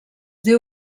diu